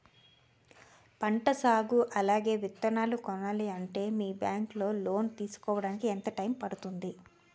పంట సాగు అలాగే విత్తనాలు కొనాలి అంటే మీ బ్యాంక్ లో లోన్ తీసుకోడానికి ఎంత టైం పడుతుంది?